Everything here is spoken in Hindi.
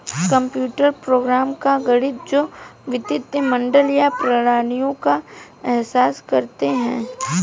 कंप्यूटर प्रोग्राम का गणित जो वित्तीय मॉडल या प्रणालियों का एहसास करते हैं